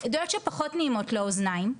עדויות שפחות נעימות לאוזניים,